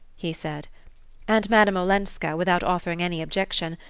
he said and madame olenska, without offering any objection,